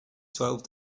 twelve